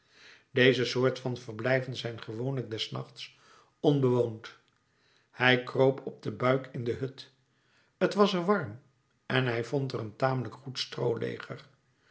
deze soort van verblijven zijn gewoonlijk des nachts onbewoond hij kroop op den buik in de hut t was er warm en hij vond er een tamelijk goed strooleger